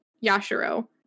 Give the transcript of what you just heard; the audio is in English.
Yashiro